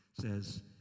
says